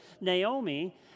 Naomi